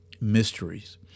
mysteries